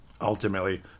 ultimately